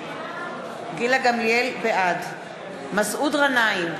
בעד מסעוד גנאים,